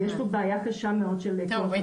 ויש פה בעיה קשה מאוד --- טוב,